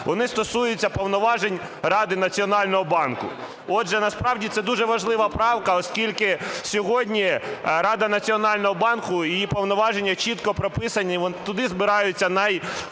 Вони стосуються повноважень Ради Національного банку. Отже, насправді це дуже важлива правка, оскільки сьогодні Рада Національного банку, її повноваження чітко прописані. Туди збираються найфаховіші